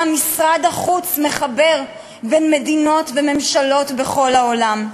משרד החוץ מחבר בין מדינות וממשלות בכל העולם.